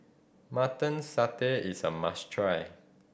Mutton Satay is a must try